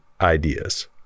ideas